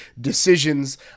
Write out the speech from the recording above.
decisions